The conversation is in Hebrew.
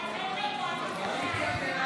(קורא בשמות חברי הכנסת)